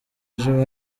ejo